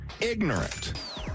Ignorant